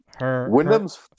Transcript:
Wyndham's